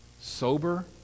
Sober